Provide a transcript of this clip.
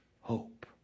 hope